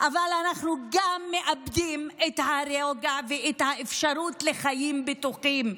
אבל אנחנו מאבדים גם את הרוגע ואת האפשרות לחיים בטוחים.